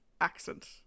accent